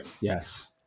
Yes